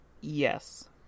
Yes